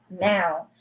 now